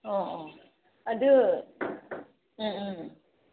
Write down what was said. ꯑꯣ ꯑꯣ ꯑꯗꯨ ꯎꯝ ꯎꯝ